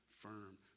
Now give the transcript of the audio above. firm